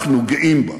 אנחנו גאים בה,